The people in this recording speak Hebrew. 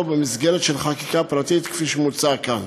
במסגרת של חקיקה פרטית כפי שמוצע כאן.